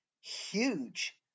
huge